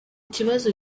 kibazo